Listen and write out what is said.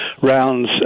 rounds